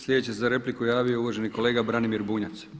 Sljedeći se za repliku javio uvaženi kolega Branimir Bunjac.